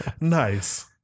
Nice